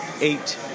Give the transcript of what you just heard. eight